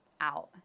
out